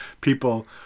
people